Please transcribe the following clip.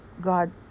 God